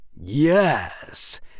Yes